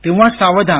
तेव्हा सावधान